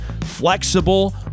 flexible